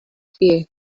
fear